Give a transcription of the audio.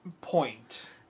point